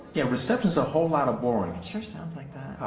yeah, reception's a whole lotta boring it sure sounds like that aw,